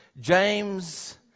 James